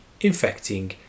infecting